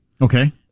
Okay